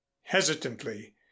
hesitantly